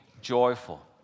joyful